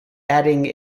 adding